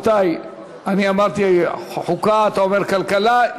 אני אמרתי חוקה, ואתה אומר כלכלה.